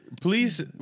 Please